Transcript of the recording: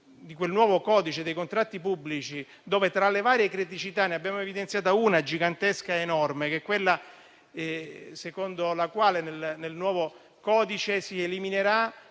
di quel nuovo codice dei contratti pubblici, dove, tra le varie criticità, ne abbiamo evidenziata una gigantesca ed enorme (quella secondo la quale nel nuovo codice si eliminerà